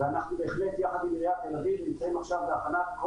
ואנחנו בהחלט יחד עם עיריית תל-אביב נמצאים עכשיו בהכנת כל